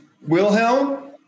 Wilhelm